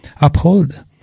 uphold